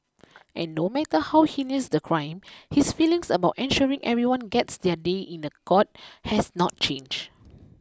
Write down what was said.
and no matter how heinous the crime his feelings about ensuring everyone gets their day in the court has not changed